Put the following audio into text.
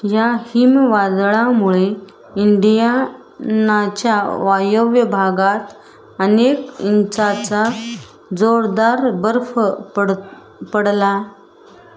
या हिमवादळामुळे इंडियानाच्या वायव्य भागात अनेक इंचांचा जोरदार बर्फ पड पडला